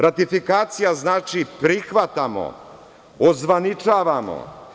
Ratifikacija znači prihvatamo, ozvaničavamo.